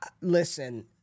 listen